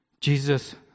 Jesus